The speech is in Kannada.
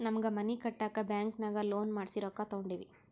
ನಮ್ಮ್ಗ್ ಮನಿ ಕಟ್ಟಾಕ್ ಬ್ಯಾಂಕಿನಾಗ ಲೋನ್ ಮಾಡ್ಸಿ ರೊಕ್ಕಾ ತೊಂಡಿವಿ